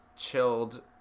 chilled